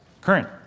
Current